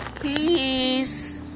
Peace